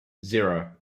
zero